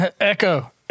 Echo